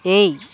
ஏய்